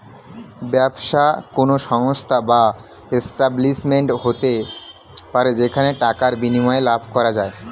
ব্যবসা কোন সংস্থা বা এস্টাব্লিশমেন্ট হতে পারে যেখানে টাকার বিনিময়ে লাভ করা যায়